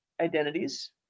identities